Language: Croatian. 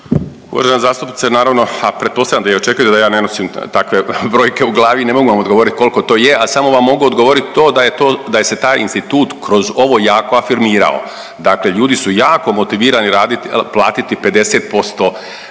Uvažena zastupnice, naravno, a pretpostavljam da i očekujete da ja ne nosim takve brojke u glavi i ne mogu vam odgovorit koliko to je, a samo vam mogu odgovorit to da je to, da je se taj institut kroz ovo jako afirmirao, dakle ljudi su jako motivirani platiti 50%